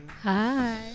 Hi